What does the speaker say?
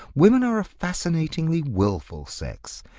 women are a fascinatingly wilful sex.